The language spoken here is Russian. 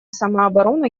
самооборону